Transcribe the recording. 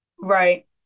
right